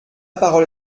parole